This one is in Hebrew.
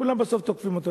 כולם בסוף תוקפים אותו.